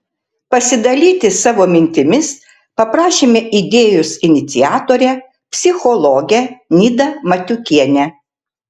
pasidalyti savo mintimis paprašėme idėjos iniciatorę psichologę nidą matiukienę